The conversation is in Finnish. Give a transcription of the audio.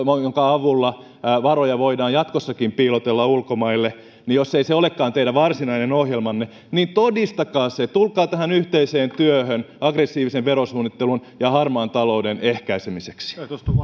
jonka avulla varoja voidaan jatkossakin piilotella ulkomaille jos ei se olekaan teidän varsinainen ohjelmanne niin todistakaa se tulkaa tähän yhteiseen työhön aggressiivisen verosuunnittelun ja harmaan talouden ehkäisemiseksi